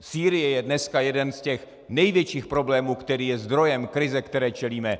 Sýrie je dneska jeden z těch největších problémů, který je zdrojem krize, které čelíme.